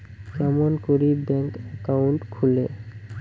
কেমন করি bank account খুলে?